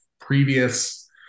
previous